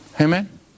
Amen